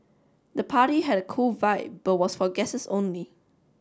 the party had a cool vibe but was for guests only